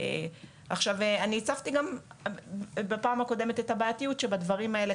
עכשיו אני הצפתי גם בפעם הקודמת את הבעתיות שבדברים האלה.